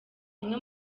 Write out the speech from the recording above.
umwe